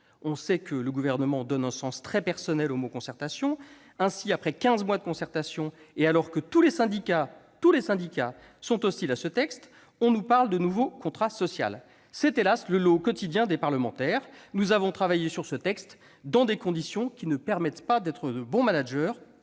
On sait que le Gouvernement donne un sens très personnel au mot « concertation ». Ainsi, après quinze mois de concertation et alors que tous les syndicats sont hostiles à ce texte, on nous parle de nouveau contrat social. C'est, hélas, le lot quotidien des parlementaires ! Nous avons travaillé sur ce texte dans des conditions qui ne permettent pas d'être de bons managers,